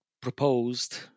proposed